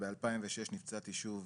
וב-2006 נפצעתי שוב